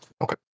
Okay